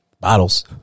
Bottles